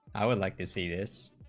ah and like to see this